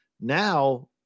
Now